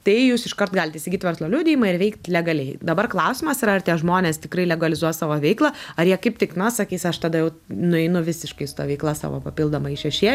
tai jūs iškart galit įsigyt verslo liudijimą ir veikt legaliai dabar klausimas yra ar tie žmonės tikrai legalizuos savo veiklą ar jie kaip tik na sakys aš tada jau nueinu visiškai su ta veikla savo papildoma į šešėlį